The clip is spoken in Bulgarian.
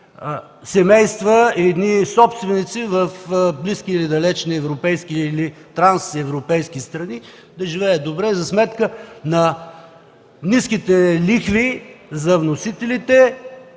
семейства и собственици да изнасят в близки или далечни, европейски или трансевропейски страни, да живеят добре за сметка на ниските лихви за вносителите,